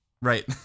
Right